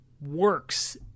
works